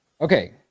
Okay